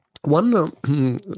One